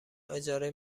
اجاره